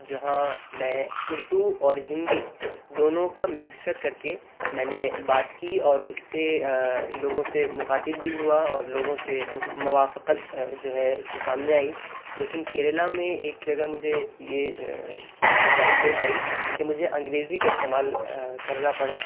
جہاں میں اردو اور ہندی دونوں کا مکسچر کر کے میں نے بات کی اور اس سے لوگوں سے مخاطب بھی ہوا اور لوگوں سے موافقت جو ہے اس سے سامنے آئی لیکن کیرلا میں ایک جگہ مجھے یہ دشواری پیش آئی کہ مجھے انگریزی کا استعمال کرنا پڑا